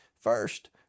First